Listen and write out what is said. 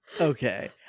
okay